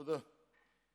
תודה.